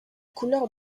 couleurs